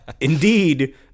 Indeed